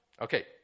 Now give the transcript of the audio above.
Okay